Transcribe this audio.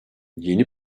yeni